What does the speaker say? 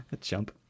Jump